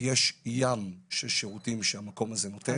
יש ים של שירותים שהמקום הזה נותן.